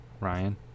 ryan